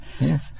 yes